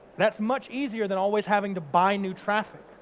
that's much easier than always having to buy new traffic.